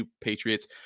patriots